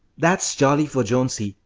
that's jolly for jonesy,